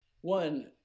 one